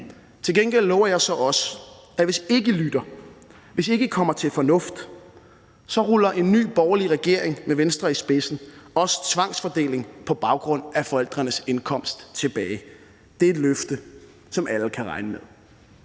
Til gengæld lover jeg så også, at hvis ikke I lytter, og hvis ikke I kommer til fornuft, så ruller en ny borgerlig regering med Venstre i spidsen tvangsfordeling på baggrund af forældrenes indkomst tilbage. Det er et løfte, som alle kan regne med.